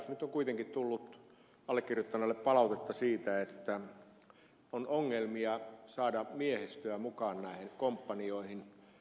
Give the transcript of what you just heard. nyt on kuitenkin tullut allekirjoittaneelle palautetta siitä että on ongelmia saada miehistöä mukaan näihin komppanioihin